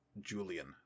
Julian